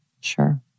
Sure